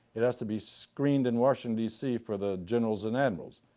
it has to be screened in washington dc for the generals and admirals.